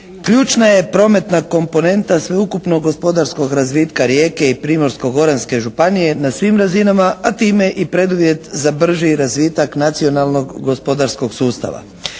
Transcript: ključna je prometna komponenta sveukupnog gospodarskog razvitka Rijeke i Primorsko-goranske županije na svim razinama, a time i preduvjet za brži razvitak nacionalnog gospodarskog sustava.